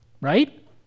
right